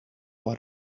what